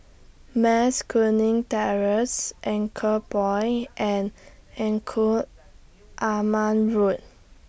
Mas Kuning Terrace Anchorpoint and Engku Aman Road